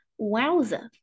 Wowza